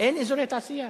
אין אזורי תעשייה,